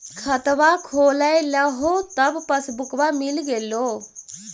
खतवा खोलैलहो तव पसबुकवा मिल गेलो?